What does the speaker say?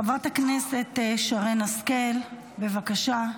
חברת הכנסת שרן השכל, בבקשה.